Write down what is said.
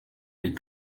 den